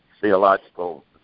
theological